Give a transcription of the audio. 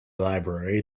library